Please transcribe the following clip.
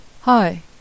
Hi